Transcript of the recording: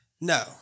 No